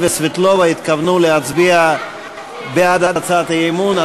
וסבטלובה התכוונו להצביע בעד הצעת האי-אמון,